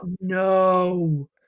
no